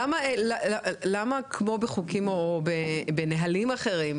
למה כמו בחוקים או בנהלים אחרים,